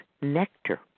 nectar